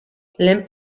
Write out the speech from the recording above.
lehen